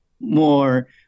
more